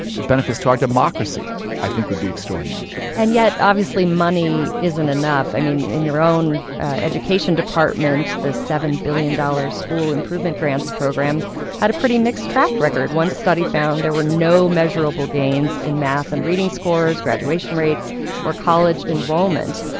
the benefits to our democracy i think would be extraordinary and yet, obviously money isn't enough. i mean, in your own education department, the seven billion dollars school improvement grants program had a pretty mixed track record. one study found there were no measurable gains in math and reading scores, graduation rates or college enrollment.